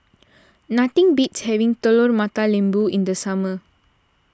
nothing beats having Telur Mata Lembu in the summer